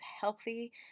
healthy